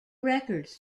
records